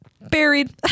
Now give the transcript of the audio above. buried